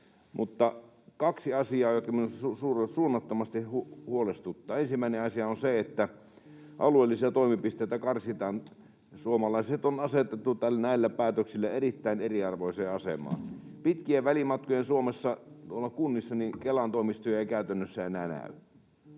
mutta kaksi asiaa, jotka minua suunnattomasti huolestuttavat: Ensimmäinen asia on se, että alueellisia toimipisteitä karsitaan. Suomalaiset on asetettu näillä päätöksillä erittäin eriarvoiseen asemaan. Pitkien välimatkojen Suomessa tuolla kunnissa Kelan toimistoja ei käytännössä enää näy,